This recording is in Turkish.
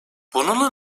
bununla